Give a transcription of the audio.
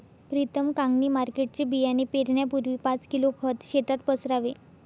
प्रीतम कांगणी मार्केटचे बियाणे पेरण्यापूर्वी पाच किलो खत शेतात पसरावे